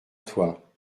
toi